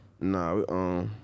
Nah